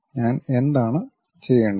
ഞാൻ എന്താണ് ചെയ്യേണ്ടത്